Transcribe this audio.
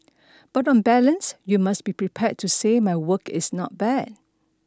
but on balance you must be prepared to say my work is not bad